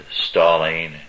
Stalin